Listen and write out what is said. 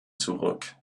zurück